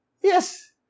Yes